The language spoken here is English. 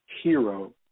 hero